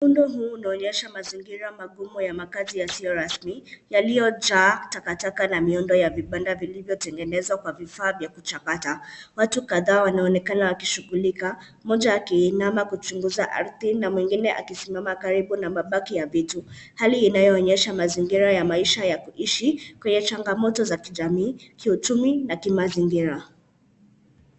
Rundo huu unaonesha mazingira magumu ya makazi yasiyo rasmi yaliyochaa takataka na miundo ya vibanda vilivyotengenezwa kwa vifaa vya kuchapata. Watu kadhaa wanaonekana wakishughulika mmoja akiinama kuchunguza ardhi na mwingine akisimama karibu na mabaki ya vitu. Hali inayoonesha mazingira ya maisha ya kuishi kwenye changamoto za kijamii, kiuchumi na kimazingira.